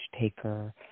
taker